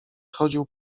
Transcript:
chodził